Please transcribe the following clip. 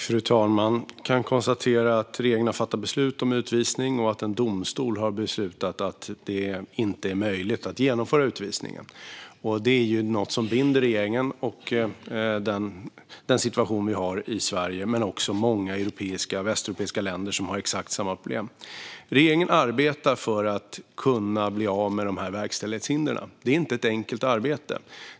Fru talman! Jag kan konstatera att regeringen har fattat beslut om utvisning och att en domstol har beslutat att det inte är möjligt att genomföra utvisningen. Det är något som binder regeringen. Det är denna situation vi har i Sverige, men också många västeuropeiska länder har exakt samma problem. Regeringen arbetar för att kunna bli av med verkställighetshindren. Det är inte ett enkelt arbete.